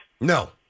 No